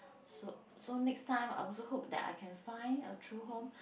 so so next time I also hope that I can find a true home